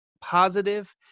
positive